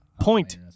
Point